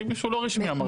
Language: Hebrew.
מישהו לא רשמי אמר את זה.